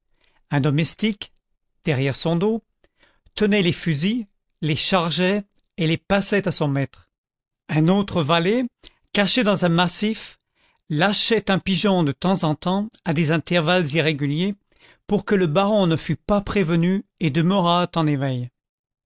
un domestique derrière son dos tenait les fusils les chargeait et les passait à son maître un autre valet caché dans un massif lâchait un pigeon de temps en temps à des intervalles irréguliers pour que le baron ne fût pas prévenu et demeurât en éveil